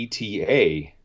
ETA